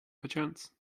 perchance